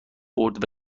برد